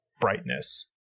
brightness